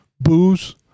booze